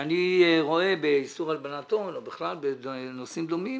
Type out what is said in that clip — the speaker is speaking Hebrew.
שאני רואה באיסור הלבנת הון או בכלל בנושאים דומים